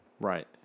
Right